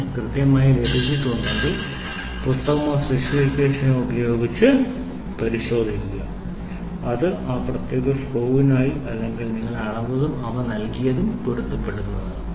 നിങ്ങൾക്കത് കൃത്യമായി ലഭിച്ചിട്ടുണ്ടെങ്കിൽ പുസ്തകമോ സ്പെസിഫിക്കേഷനോ ഉപയോഗിച്ച് പരിശോധിക്കുക അത് ആ പ്രത്യേക സ്ക്രൂവിനായി അല്ലെങ്കിൽ നിങ്ങൾ അളന്നതും അവ നൽകിയതും പൊരുത്തപ്പെടുന്നതാണ്